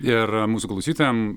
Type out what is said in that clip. ir mūsų klausytojam